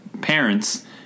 parents